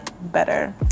better